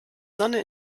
sonne